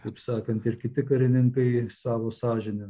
taip sakant ir kiti karininkai savo sąžinę